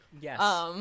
Yes